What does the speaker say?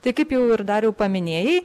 tai kaip jau ir dariau paminėjai